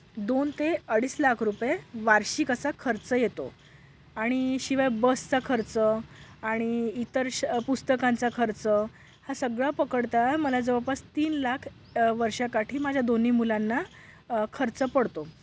दोन ते अडीच लाख रुपये वार्षिक असा खर्च येतो आणि शिवाय बसचा खर्च आणि इतर श पुस्तकांचा खर्च हा सगळा पकडता मला जवळपास तीन लाख वर्षाकाठी माझ्या दोन्ही मुलांना खर्च पडतो